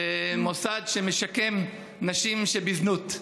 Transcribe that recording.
במוסד שמשקם נשים בזנות,